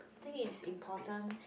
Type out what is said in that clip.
think it's important